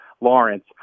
Lawrence